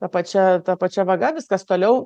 ta pačia ta pačia vaga viskas toliau